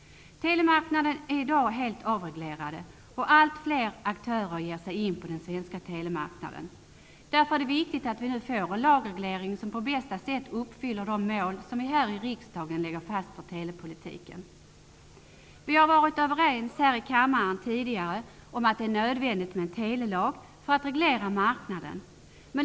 Telemarknaden är i dag helt avreglerad. Allt fler aktörer ger sig in på den svenska telemarknaden. Därför är det viktigt att det nu införs en lagreglering som på bästa sätt uppfyller de mål för telepolitiken som riksdagen har lagt fast. Vi har här i kammaren tidigare varit överens om att det är növändigt med en telelag för att marknaden skall kunna regleras.